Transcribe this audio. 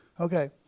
Okay